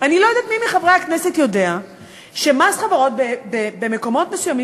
אני לא יודעת מי מחברי הכנסת יודע שבמקומות מסוימים